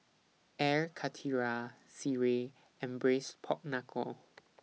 Air Karthira Sireh and Braised Pork Knuckle